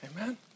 Amen